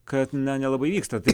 kad na nelabai vyksta taip